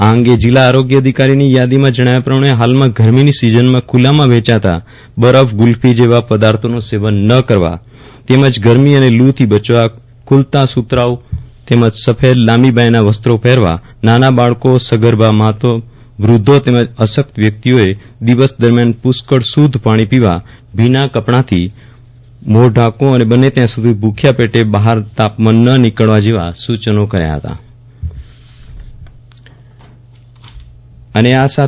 આ અંગે જીલ્લા આરોગ્ય અધિકારીની યાદીમાં જણાવ્યા પ્રમાણે હાલમાં ગરમીની સિઝનમાં ખુલ્લામાં વેંચાતા વાસી બરફ કુલ્ફી જેવા પદાર્થોનું સેવન ન કરવા તેમજ ગરમીથી બચવા ખુલતા સુતરાઉ સફેદ લાંબી બાયના વસ્ત્રો પહેરવા નાના બાળકો સગર્ભા માતા વૃધ્ધો તેમજ અશક્ત વ્યક્તિઓએ દિવસ દરમિયાન પુષ્કળ પાણી પીવું ભીના કપડાથી મોઢું ઢાંકવું બને ત્યાં સુધી ભૂખ્યા પેટે બહાર તાપમાં ન નીકળવા લોકોને અપીલ કરવામાં આવી છે